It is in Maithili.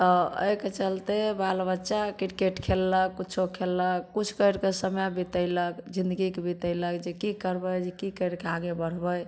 तऽ अइके चलते बालबच्चा क्रिकेट खेललक कुछो खेललक किछु करिके समय बितयलक जिनगीके बितयलक जे की करबय जे की करिके आगे बढ़बय